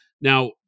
Now